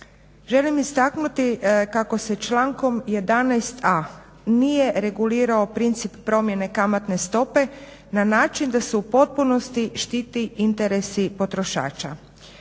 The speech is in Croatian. Želim istaknuti kako se člankom 11.a nije regulirao princip promjene kamatne stope na način da se u potpunosti štite interesi potrošača.